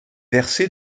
versé